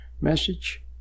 message